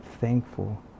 thankful